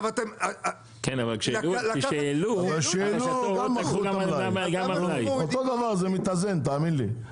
אבל כשהעלו --- אותו דבר, זה מתאזן, תאמין לי.